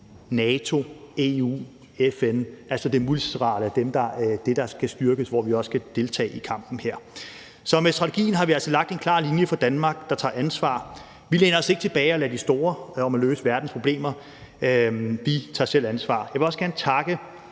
NATO, EU og FN. Det multilaterale er det, der skal styrkes, hvor vi også skal deltage i kampen her. Så med strategien har vi altså lagt en klar linje for Danmark, hvor vi tager ansvar. Vi læner os ikke tilbage og lader de store om at løse verdens problemer. Vi tager selv ansvar. Jeg vil også gerne takke